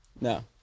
No